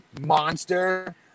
monster